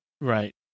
Right